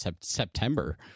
september